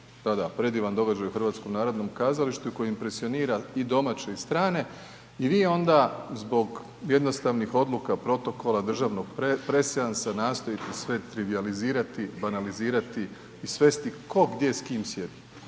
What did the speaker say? predivan događaj u HNK-u koji impresionira i domaće i strane i vi onda zbog jednostavnih odluka, protokola, državnog preseansa nastojite sve trivijalizirati, banalizirati i svesti tko gdje s kim sjedi,